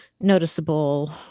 noticeable